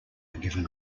given